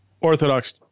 Orthodox